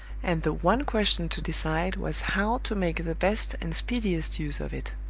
and the one question to decide was how to make the best and speediest use of it.